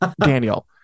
Daniel